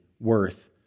Worth